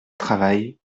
travaille